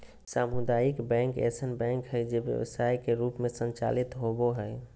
सामुदायिक बैंक ऐसन बैंक हइ जे व्यवसाय के रूप में संचालित होबो हइ